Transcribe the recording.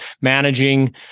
managing